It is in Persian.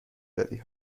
دادی